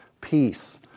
peace